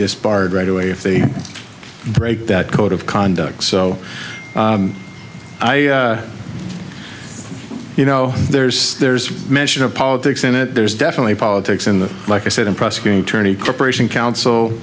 disbarred right away if they break that code of conduct so i you know there's there's mention of politics in it there's definitely politics in the like i said in prosecuting attorney corporation counsel